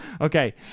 Okay